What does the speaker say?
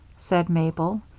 said mabel.